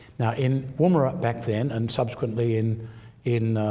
now in woomera back then and subsequently in in